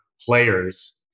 players